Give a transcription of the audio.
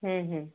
ହୁଁ ହୁଁ